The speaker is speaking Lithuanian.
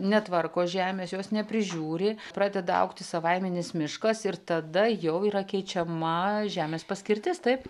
netvarko žemės jos neprižiūri pradeda augti savaiminis miškas ir tada jau yra keičiama žemės paskirtis taip